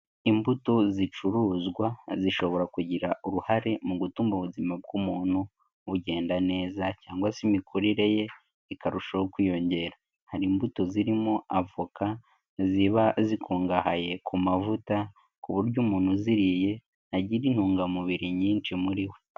Imbuto zicuruzwa, zishobora kugira uruhare mu gutuma ubuzima bw'umuntu bugenda neza cyangwa se imikurire ye ikarushaho kwiyongera, hari imbuto zirimo avoka, ziba zikungahaye ku mavuta ku buryo umuntu uziriye, agira intungamubiri nyinshi muri we.